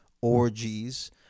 orgies